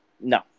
No